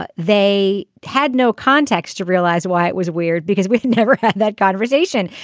but they had no context to realize why it was weird, because we've never had that conversation.